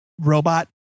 robot